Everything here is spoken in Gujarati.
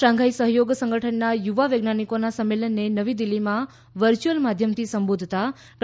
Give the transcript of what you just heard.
શાંધાઈ સહયોગ સંગઠનના યુવા વૈજ્ઞાનિકોના સંમેલનને નવી દિલ્ફીમાં વર્ચ્યુઅલ માધ્યમથી સંબોધતાં ડો